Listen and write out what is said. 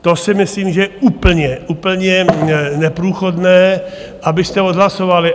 To si myslím, že je úplně, úplně neprůchodné, abyste odhlasovali.